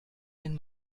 den